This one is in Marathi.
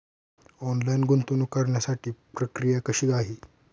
ऑनलाईन गुंतवणूक करण्यासाठी प्रक्रिया कशी आहे?